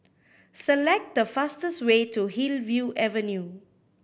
select the fastest way to Hillview Avenue